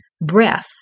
breath